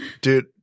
Dude